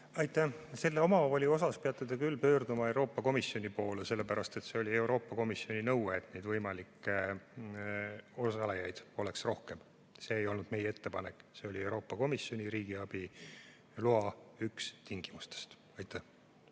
Aitäh! Selle omavoli puhul peate te küll pöörduma Euroopa Komisjoni poole, sellepärast et see oli Euroopa Komisjoni nõue, et neid võimalikke osalejaid oleks rohkem. See ei olnud meie ettepanek, see oli üks Euroopa Komisjoni riigiabi loa tingimus. Aitäh!